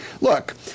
look